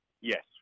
Yes